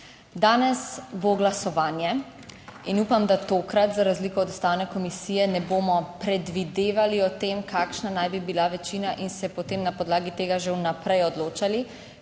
Danes bo glasovanje in upam, da tokrat za razliko od Ustavne komisije ne bomo predvidevali o tem, kakšna naj bi bila večina in se potem na podlagi tega že vnaprej odločali.